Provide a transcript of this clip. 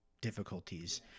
difficulties